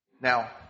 Now